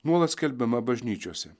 nuolat skelbiama bažnyčiose